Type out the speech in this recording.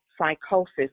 psychosis